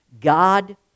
God